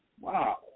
Wow